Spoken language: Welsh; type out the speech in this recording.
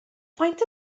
faint